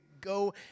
go